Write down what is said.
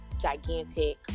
gigantic